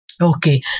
Okay